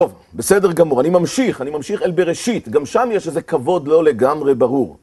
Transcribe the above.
בסדר גמור, אני ממשיך, אני ממשיך אל בראשית, גם שם יש איזה כבוד לא לגמרי ברור